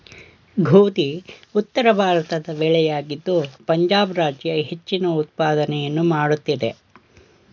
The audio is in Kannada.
ಗೋಧಿ ಉತ್ತರಭಾರತದ ಬೆಳೆಯಾಗಿದ್ದು ಪಂಜಾಬ್ ರಾಜ್ಯ ಹೆಚ್ಚಿನ ಉತ್ಪಾದನೆಯನ್ನು ಮಾಡುತ್ತಿದೆ